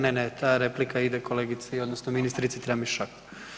Ne, ne, ta replika ide kolegici odnosno ministrici Tramišak.